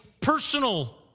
personal